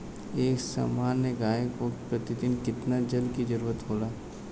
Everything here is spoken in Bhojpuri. एक सामान्य गाय को प्रतिदिन कितना जल के जरुरत होला?